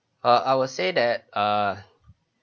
err I will say that err